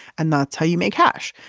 and that's how you make hash.